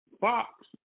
fox